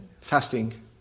fasting